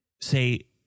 say